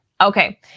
Okay